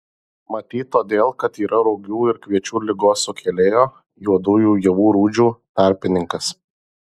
matyt todėl kad yra rugių ir kviečių ligos sukėlėjo juodųjų javų rūdžių tarpininkas